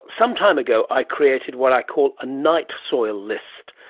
some time ago i created what i call a night soil list,